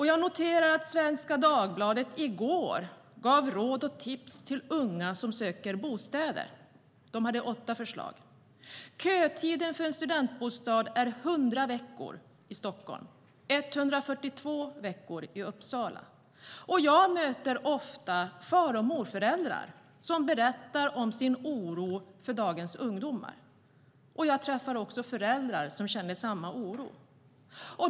Jag noterar att Svenska Dagbladet i går gav råd och tips till unga som söker bostäder. De hade åtta förslag. Kötiden för en studentbostad är 100 veckor i Stockholm och 142 veckor i Uppsala.Jag möter ofta far och morföräldrar som berättar om sin oro för dagens ungdomar. Jag träffar också föräldrar som känner samma oro.